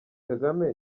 kagame